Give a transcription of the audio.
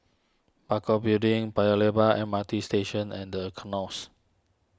Parakou Building Paya Lebar M R T Station and the Knolls